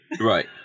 Right